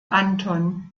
anton